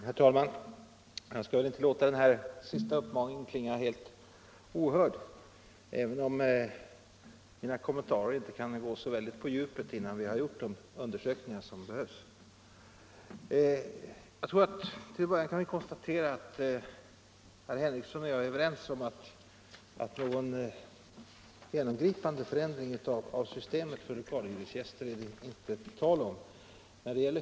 Herr talman! Jag skall väl inte låta den här uppmaningen få klinga Om ändrad helt ohörd, även om mina kommentarer inte kan gå särskilt mycket = lagstiftning rörande på djupet innan vi har gjort de undersökningar som behövs. Jag tror = hyra av lokal att vi till en början kan konstatera att herr Henrikson och jag är överens om att det inte är tal om någon genomgripande ändring av systemet för lokalhyresgäster.